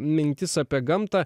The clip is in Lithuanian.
mintis apie gamtą